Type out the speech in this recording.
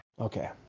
Okay